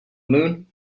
moon